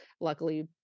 luckily